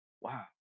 wow